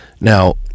Now